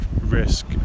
risk